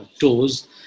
toes